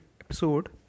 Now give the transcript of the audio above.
episode